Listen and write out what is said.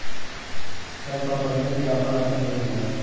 सब कंपनीयन के आपन आपन नियम होला